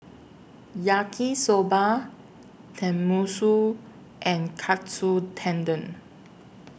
Yaki Soba Tenmusu and Katsu Tendon